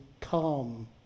calm